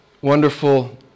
wonderful